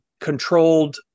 controlled